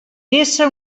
vessa